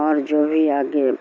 اور جو بھی آگے